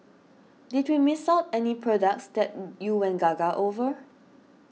did we miss out any products that you went gaga over